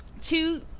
two